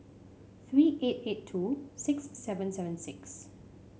three eight eight two six seven seven six